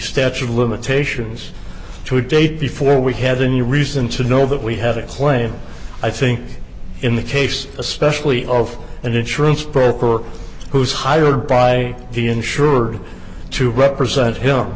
statute of limitations to date before we have a new reason to know that we have a claim i think in the case especially of an insurance broker who's hired by the insurer to represent him